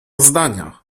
zdania